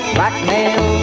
Blackmail